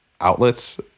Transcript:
outlets